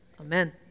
Amen